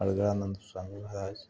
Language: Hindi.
अड़गड़ा नन्द स्वामी महाराज